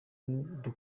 n’uruhare